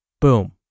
Boom